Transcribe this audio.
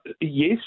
yes